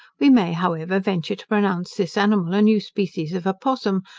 we may, however, venture to pronounce this animal, a new species of opossum,